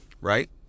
right